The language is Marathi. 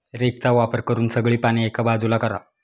रेकचा वापर करून सगळी पाने एका बाजूला करा